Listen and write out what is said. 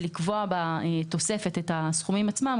ולקבוע בתוספת את הסכומים עצמם.